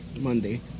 Monday